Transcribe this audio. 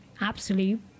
absolute